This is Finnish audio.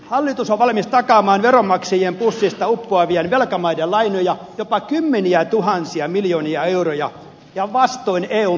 hallitus on valmis takaamaan veronmaksajien pussista uppoavien velkamaiden lainoja jopa kymmeniätuhansia miljoonia euroja ja vastoin eun perussopimusta